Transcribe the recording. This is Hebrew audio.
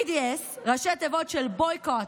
BDS זה ראשי תיבות של Boycott,